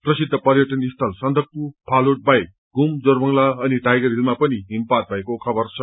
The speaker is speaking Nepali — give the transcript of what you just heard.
प्रसिद्ध पर्यटन स्थल सन्दकफू फालूट बाहेक घूम जोरबंगला अनि टाइगर हिलमा पनि हिमपात भएको खबर छ